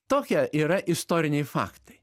tokie yra istoriniai faktai